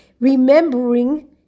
remembering